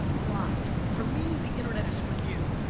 a lot. for me, the internet is for you.